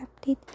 update